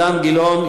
אילן גילאון,